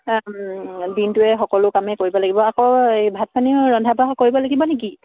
দিনটোৱে সকলো কামেই কৰিব লাগিব আকৌ এই ভাত পানীও ৰন্ধা বঢ়া কৰিব লাগিব নেকি